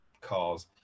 cars